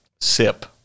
Sip